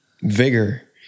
vigor